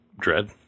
dread